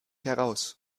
heraus